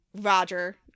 Roger